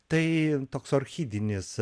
tai toks orchidinis